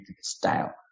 style